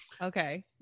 Okay